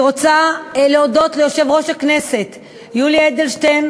אני רוצה להודות ליושב-ראש הכנסת יולי אדלשטיין